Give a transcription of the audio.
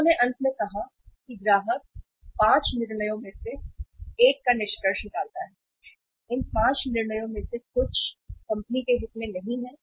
उन्होंने अंत में कहा कि ग्राहक 5 निर्णयों में से एक का निष्कर्ष निकालता है इन 5 निर्णयों में से कुछ कंपनी के हित में नहीं हैं